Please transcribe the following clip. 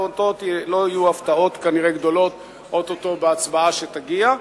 וכנראה לא יהיו הפתעות גדולות או-טו-טו בהצבעה שתגיע.